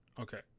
Okay